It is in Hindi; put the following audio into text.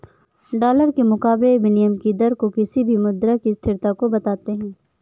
डॉलर के मुकाबले विनियम दर किसी भी मुद्रा की स्थिरता को बताते हैं